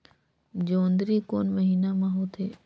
जोंदरी कोन महीना म होथे?